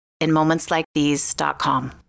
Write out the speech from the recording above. InMomentsLikeThese.com